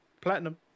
platinum